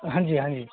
हाँ जी हाँ जी